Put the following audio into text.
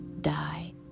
die